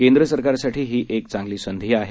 केंद्र सरकारसाठी ही एक चांगली संधी आहे